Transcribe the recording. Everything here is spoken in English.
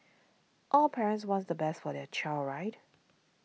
all parents want the best for their child right